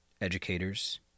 educators